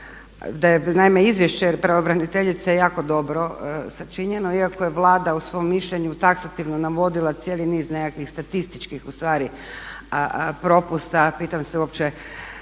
da je naime izvješće pravobraniteljice jako dobro sačinjeno iako je Vlada u svom mišljenju taksativno navodila cijeli niz nekakvih statističkih ustvari propusta. Pitam se uopće,